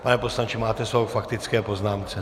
Pane poslanče, máte slovo k faktické poznámce.